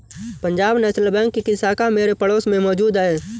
Punjab national bank की शाखा मेरे पड़ोस में मौजूद है